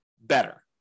better